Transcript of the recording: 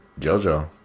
JoJo